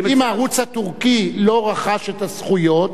אם הערוץ הטורקי לא רכש את הזכויות,